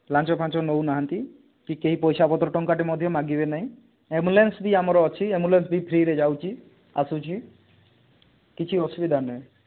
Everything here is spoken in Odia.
ଲାଞ୍ଚ ଫାଞ୍ଚ ନେଉନାହାନ୍ତି କି କେହି ପଇସା ପତ୍ର ଟଙ୍କାଟେ ମଧ୍ୟ ମାଗିବେ ନାହିଁ ଆମ୍ବୁଲାନ୍ସ ବି ଆମର ଅଛି ଆମ୍ବୁଲାନ୍ସ ବି ଫ୍ରିରେ ଯାଉଛି ଆସୁଛି କିଛି ଅସୁବିଧା ନାହିଁ